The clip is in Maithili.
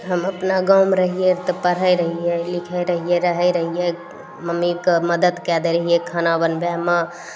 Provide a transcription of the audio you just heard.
हम अपना गाँवमे रहियै तऽ पढ़य रहियै लिखय रहियै रहय रहियै मम्मीके मदति कए दै रहियै खाना बनबयमे